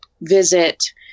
visit